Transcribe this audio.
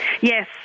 Yes